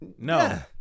No